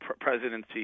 presidency